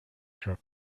drop